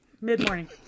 Mid-morning